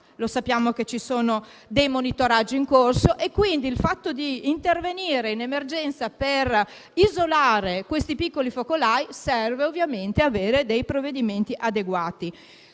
sappiamo che sono in corso dei monitoraggi e quindi il fatto di intervenire in emergenza per isolare questi piccoli focolai serve ovviamente ad avere dei provvedimenti adeguati.